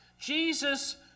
Jesus